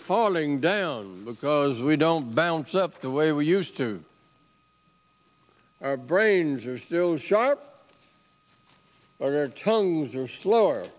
falling down because we don't bounce up the way we used to our brains are still sharp or their tongues are slow or